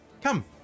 Come